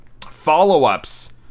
follow-ups